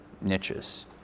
niches